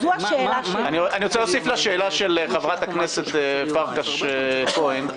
אני רוצה להוסיף לשאלה של חברת הכנסת פרקש הכהן,